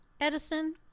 Edison